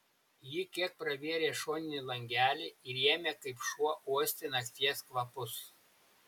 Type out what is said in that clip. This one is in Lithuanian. ji kiek pravėrė šoninį langelį ir ėmė kaip šuo uosti nakties kvapus